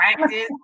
practice